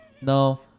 No